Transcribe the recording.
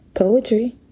poetry